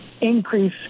increase